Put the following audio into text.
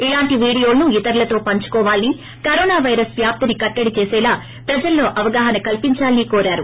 ఇలాంటి వీడియోలను ఇతరులతో పంచుకోవాలని కరోనా వైరస్ వ్యాప్తిని కట్లడి చేసలా ప్రజల్లో అవగాహన కల్సించాలని కోరారు